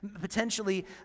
potentially